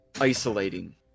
isolating